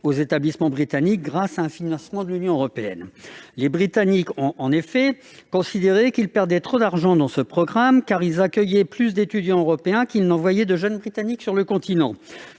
aux établissements britanniques grâce à un financement de l'Union européenne. Les Britanniques ont en effet considéré qu'ils perdaient trop d'argent avec ce programme, car ils accueillaient plus d'étudiants européens qu'ils n'envoyaient de jeunes Britanniques sur le continent.